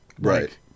Right